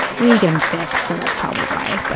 we need to get him fixed, so that's probably why, but